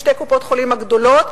שתי קופות-החולים הגדולות,